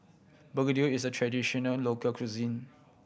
begedil is a traditional local cuisine